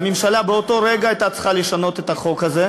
והממשלה באותו רגע הייתה צריכה לשנות את החוק הזה.